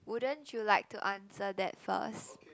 wouldn't you like to answer that first